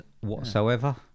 whatsoever